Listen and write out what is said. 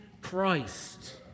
Christ